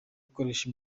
ikoresha